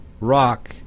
rock